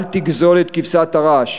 אל תגזול את כבשת הרש,